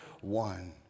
one